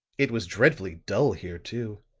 it was dreadfully dull here, too.